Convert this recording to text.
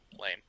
Lame